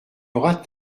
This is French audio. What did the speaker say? aura